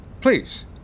please